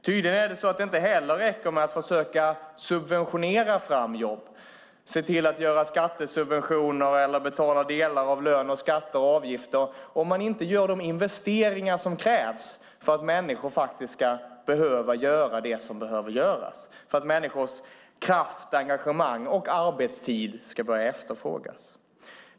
Tydligen räcker det inte heller med att försöka subventionera fram jobb - att ge skattesubventioner eller betala delar av löner, skatter och avgifter - om man inte gör de investeringar som krävs för att människor faktiskt ska göra det som behövs, så att människors kraft, engagemang och arbetstid ska börja efterfrågas.